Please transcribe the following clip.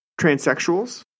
transsexuals